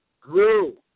grew